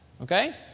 Okay